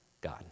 God